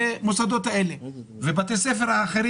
למוסד עושים ביקורת של